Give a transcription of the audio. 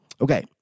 Okay